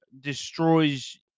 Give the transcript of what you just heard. destroys